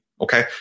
okay